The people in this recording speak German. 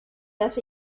dass